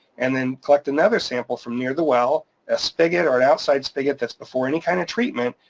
and then collect another sample from near the well, a spigot or an outside spigot, that's before any kind of treatment,